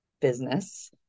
business